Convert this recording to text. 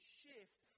shift